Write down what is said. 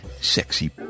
sexy